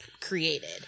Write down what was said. created